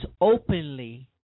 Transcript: openly